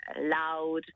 loud